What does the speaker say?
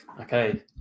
okay